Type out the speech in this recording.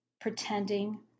pretending